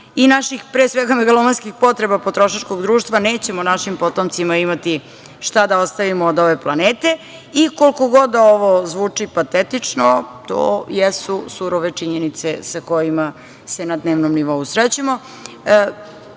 i naših, pre svega, megalomanskih potreba potrošačkog društva, nećemo našim potomcima imati šta da ostavimo od ove planete. Koliko god ovo zvuči patetično, to jesu surove činjenice sa kojima se na dnevnom nivou srećemo.